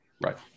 Right